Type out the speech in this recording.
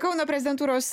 kauno prezidentūros